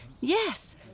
Yes